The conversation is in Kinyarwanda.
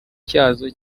cyazo